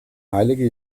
heilige